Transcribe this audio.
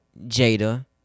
Jada